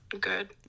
Good